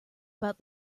about